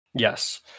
Yes